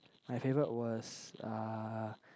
my favourite was uh